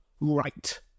Right